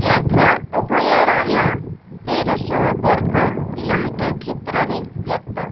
ବ୍ୟାଘ୍ର ଅଭୟାରଣ୍ୟ ତେରଶହ ବର୍ଗ କିଲୋମିଟର କ୍ଷେତ୍ରରେ ବ୍ୟାପ୍ତ